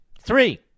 Three